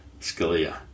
Scalia